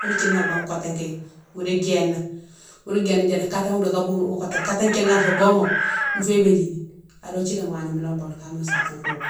Modi thini an baghme koté ké modi djéna, ghounou djéna djéna katama dika boure mo kotéké, katé thigama sa boughoune mo mofiyé bidjini ado djika mo wana mo loh koune ka mo sasi fougane